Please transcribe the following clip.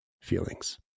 feelings